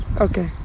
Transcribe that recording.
Okay